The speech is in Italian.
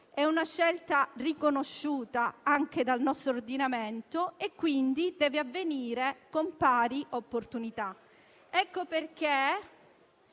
è una scelta riconosciuta dal nostro ordinamento e quindi deve avvenire con pari opportunità. Ecco perché